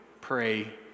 pray